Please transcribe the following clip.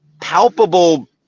palpable